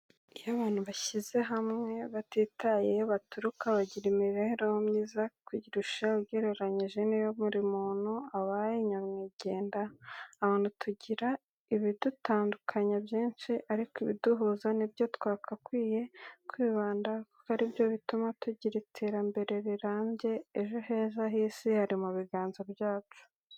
Iyo abantu bashize hamwe batitaye iyo baturuka bagira imibereho myiza kurusha ugereranyije n'iyo buri muntu abaye nyamwigendaho. Abantu tugira ibidutandukanya byinshi ariko ibiduhuza ni byo twakakwiye kwibandaho, kuko ari byo bituma tugira iterambere rirambye. Ejo heza h'isi hari mu biganza byacu.